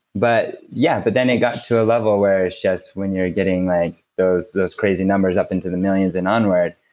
but yeah. but then it got to a level when it's just, when you're getting like those those crazy numbers up into the millions and onward,